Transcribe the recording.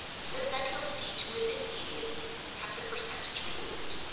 says that he'll see to it immediately and have the percentage removed.